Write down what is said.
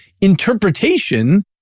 interpretation